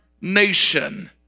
nation